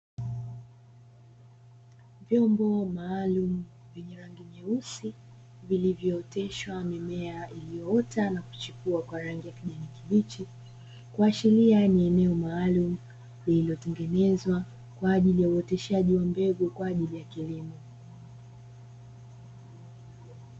Vyombo maalumu vyenye rangi nyeusi vilivyooteshwa mimea iliyoota kwa rangi ya kijani kibichi, kuashiria ni eneo maalumu lililotengenezwa kwa ajilii ya uoteshaji wa mbegu kwa ajili ya kilimo.